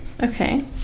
Okay